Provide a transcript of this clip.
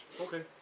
Okay